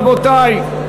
רבותי,